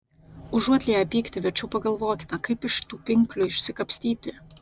užuot lieję pyktį verčiau pagalvokime kaip iš tų pinklių išsikapstyti